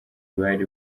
bari